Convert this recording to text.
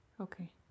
Okay